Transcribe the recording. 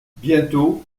bientôt